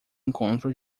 encontro